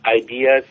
ideas